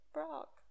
Brock